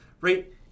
right